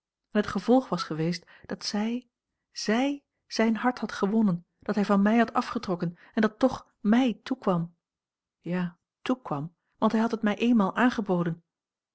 en het gevolg was geweest dat zij zij zijn hart had gewonnen dat hij van mij had afgetrokken en dat toch mij toekwam ja toekwam want hij had het mij eenmaal aangeboden